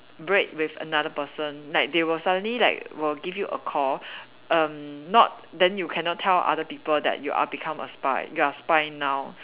break with another person like they will suddenly like will give you a call erm not then you cannot tell other people that you are become a spy you are spy now